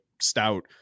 stout